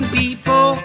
people